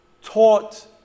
taught